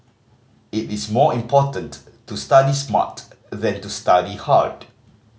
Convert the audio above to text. it is more important to study smart than to study hard